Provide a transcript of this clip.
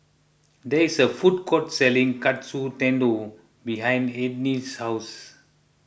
there is a food court selling Katsu Tendon behind Enid's house